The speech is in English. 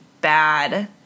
bad